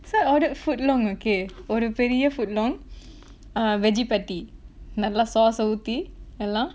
so I ordered footlong okay order ஒரு பெரிய:oru periya footlong uh veggie patty நல்ல:nalla sauce ஊத்தி எல்லா:oothi ella